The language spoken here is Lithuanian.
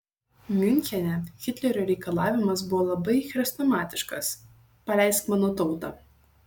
miunchene hitlerio reikalavimas buvo labai chrestomatiškas paleisk mano tautą